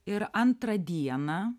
ir antrą dieną